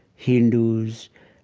hindus.